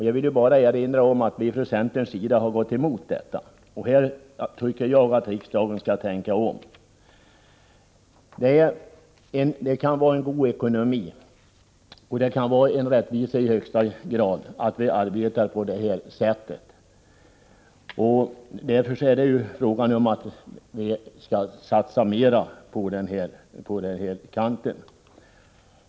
Jag vill bara erinra om att vi från centerns sida har varit emot detta. Här tycker jag att riksdagen skall tänka om. Det kan vara en god ekonomi och rättvisa i allra högsta grad att vi arbetar på detta sätt. Därför skall vi satsa mera på just detta arbete.